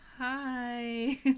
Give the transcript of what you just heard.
Hi